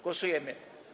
Głosujemy.